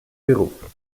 beruf